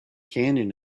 canyon